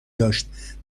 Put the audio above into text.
داشت